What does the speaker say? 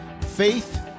faith